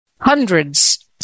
hundreds